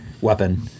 weapon